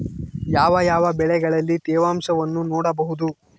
ಯಾವ ಯಾವ ಬೆಳೆಗಳಲ್ಲಿ ತೇವಾಂಶವನ್ನು ನೋಡಬಹುದು?